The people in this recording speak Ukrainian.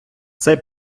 цей